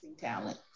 talent